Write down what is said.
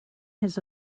his